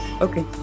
Okay